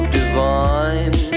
divine